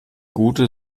gute